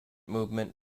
movement